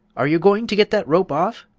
are you going to get that rope off?